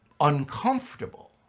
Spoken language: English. uncomfortable